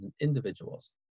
individuals